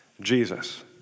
Jesus